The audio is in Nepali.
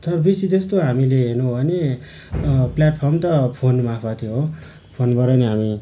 बेसीजस्तो हामीले हेर्नु हो भने प्ल्येटफर्म त फोन मार्फत् थियो फोनबाट नै हामी